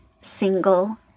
single